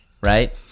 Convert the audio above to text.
right